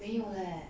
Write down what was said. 没有 leh